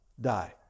die